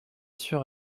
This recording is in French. sur